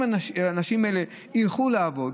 אם הנשים האלה ילכו לעבוד,